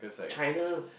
China